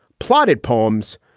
plotted poems,